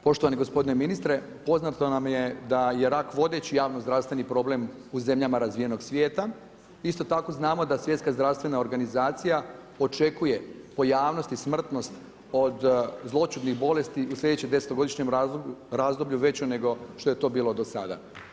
Poštovani gospodine ministre, poznato nam je da je rak vodeći javno zdravstveni problem u zemljama razvijenog svijeta, isto tako znamo da Svjetska zdravstvena organizacija, očekuje pojavnost smrtnost od zloćudnih bolesti u sljedećem desetogodišnjem razdoblju, veću nego što je to bilo do sada.